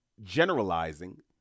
generalizing